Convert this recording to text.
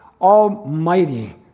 almighty